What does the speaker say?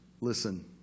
listen